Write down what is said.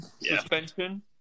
suspension